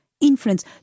influence